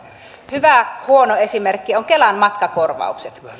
hyvä huono esimerkki on kelan matkakorvaukset